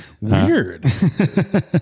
Weird